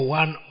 one